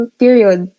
period